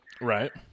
Right